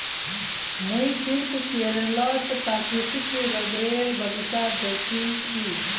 मुई सिर्फ केरलत प्राकृतिक रबरेर बगीचा दखिल छि